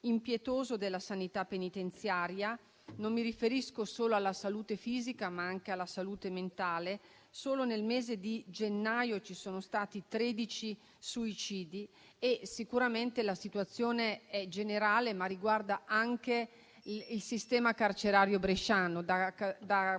della sanità penitenziaria, e mi riferisco non solo alla salute fisica, ma anche alla salute mentale. Solo nel mese di gennaio ci sono stati tredici suicidi. Sicuramente la situazione è generale, ma riguarda anche il sistema carcerario bresciano, da Canton